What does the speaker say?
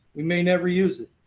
we may never use it,